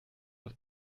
auf